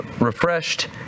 refreshed